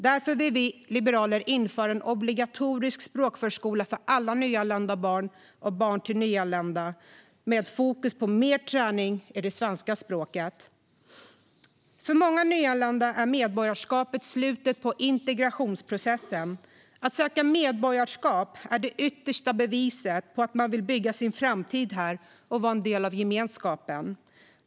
Därför vill vi liberaler införa en obligatorisk språkförskola för alla nyanlända barn och barn till nyanlända med fokus på träning i det svenska språket. För många nyanlända är medborgarskapet slutet på integrationsprocessen. Att söka medborgarskap är det yttersta beviset på att man vill bygga sin framtid här och vara en del av gemenskapen.